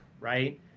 right